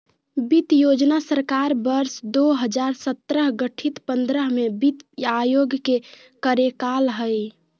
वित्त योजना सरकार वर्ष दो हजार सत्रह गठित पंद्रह में वित्त आयोग के कार्यकाल हइ